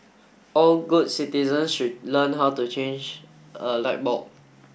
all good citizens should learn how to change a light bulb